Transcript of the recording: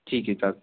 ठीक आहे चालेल